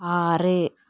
ആറ്